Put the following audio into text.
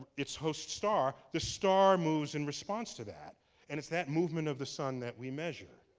its host star, the star moves in response to that and it's that movement of the sun that we measure.